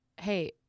Hey